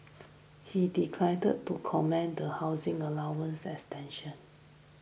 he declined to comment the housing allowance extension